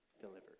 delivered